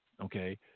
okay